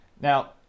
Now